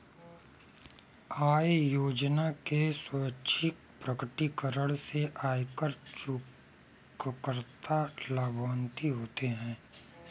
आय योजना के स्वैच्छिक प्रकटीकरण से आयकर चूककर्ता लाभान्वित होते हैं